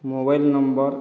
mobile number